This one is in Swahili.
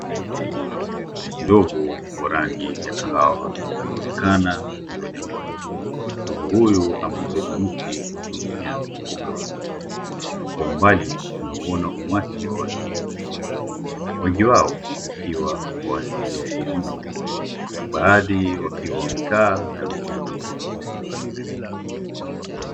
Ndovu wa rangi ya kahawa anaonekana akiwa jangwani. Ndovu huyu ameubeba mti kutumia mkonga wake. Kwa umbali tunauona umati wa watu, wengi wao wakiwa wa asili ya kizungu, baadhi wakiwa wamekaa na wengine kusimama.